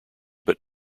but